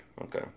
Okay